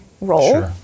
role